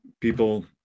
people